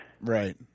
Right